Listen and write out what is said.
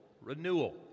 renewal